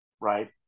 right